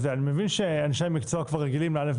אני מבין שאנשי המקצוע כבר רגילים לא',